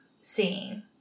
seeing